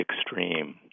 extreme